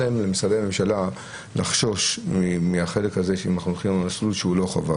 להם למשרדי הממשלה לחשוש ממסלול לא חובה.